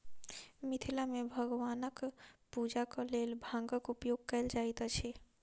मिथिला मे भगवानक पूजाक लेल बांगक उपयोग कयल जाइत अछि